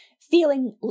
feeling